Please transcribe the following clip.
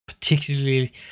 particularly